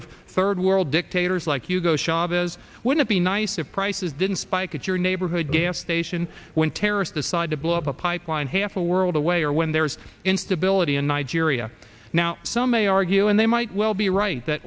of third world dictators like hugo chavez would it be nice if prices didn't spike at your neighborhood gas station when terrorists decide to blow up a pipeline half a world away or when there's instability in nigeria now some may argue and they might well be right that